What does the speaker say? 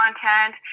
content